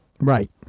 Right